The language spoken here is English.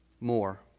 more